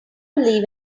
believe